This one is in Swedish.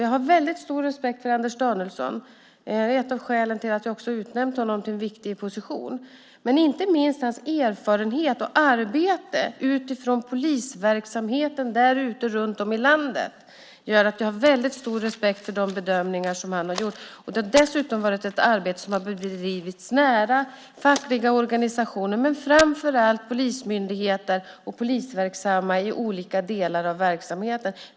Jag har väldigt stor respekt för Anders Danielsson. Det är ett av skälen till att vi också har utnämnt honom till en viktig position. Inte minst hans erfarenhet och arbete utifrån polisverksamheten runt om i landet gör att jag har väldigt stor respekt för de bedömningar som han har gjort. Det har dessutom varit ett arbete som har bedrivits nära fackliga organisationer men framför allt polismyndigheter och polisverksamma i olika delar av verksamheten.